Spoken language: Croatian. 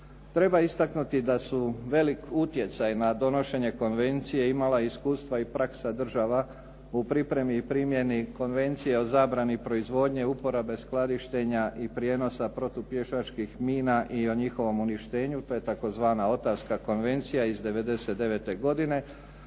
Treba istaknuti da su velik utjecaj na donošenje Konvencije imala iskustva i praksa država u pripremi i primjeni Konvencije o zabrani proizvodnje, uporabe, skladištenja i prijenosa protupješačkih mina i o njihovom uništenju. To je tzv. Ottawska konvencija iz '99. godine